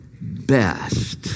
best